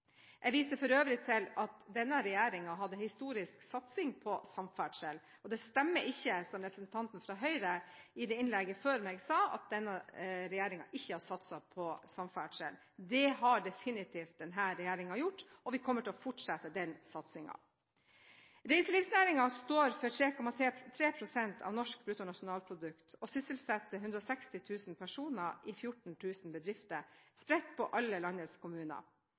Jeg viser for øvrig til at denne regjeringen har hatt en historisk satsing på samferdsel. Det stemmer ikke, som representanten fra Høyre – i innlegget før meg – sa, at denne regjeringen ikke har satset på samferdsel. Det har definitivt denne regjeringen gjort, og vi kommer til å fortsette den satsingen. Reiselivsnæringen står for 3,3 pst. av norsk bruttonasjonalprodukt og sysselsetter 160 000 personer i 14 000 bedrifter – spredt på alle landets kommuner.